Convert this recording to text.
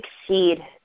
succeed